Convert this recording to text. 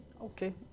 Okay